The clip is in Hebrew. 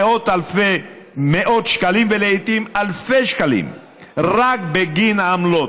מאות שקלים ולעיתים אלפי שקלים רק בגין העמלות.